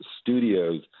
Studios